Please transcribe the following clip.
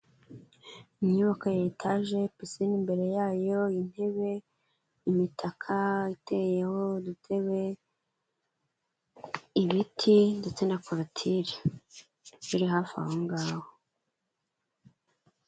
Inyubako ya etaje, pisine imbere yayo, intebe, imitaka iteyeho udutebe, ibiti ndetse na korotire biri hafi ahongaho.